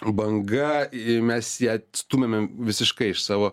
banga ir mes ją stūmėmėm visiškai iš savo